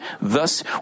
Thus